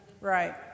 Right